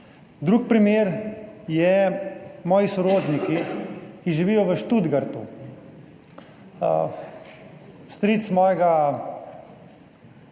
Drug primer je, moji sorodniki, ki živijo v Stuttgartu. Stric mojega